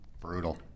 Brutal